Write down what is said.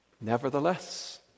Nevertheless